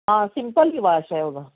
ਹਾਂ ਸਿੰਪਲ ਵੀ ਵਾਸ਼ ਹੈ ਉਹਦਾ